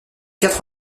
quatre